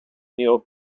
neo